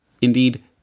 Indeed